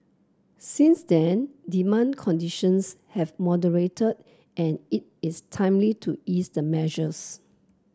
since then demand conditions have moderated and it is timely to ease the measures